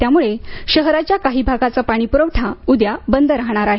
त्यामुळे शहराच्या काही भागाचा पाणीपुरवठा उद्या बंद राहणार आहे